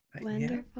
Wonderful